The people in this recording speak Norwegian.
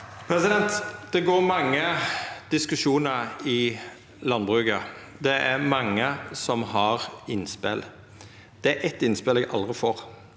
Det går mange diskusjonar i landbruket. Det er mange som har innspel. Det er eitt innspel eg aldri får,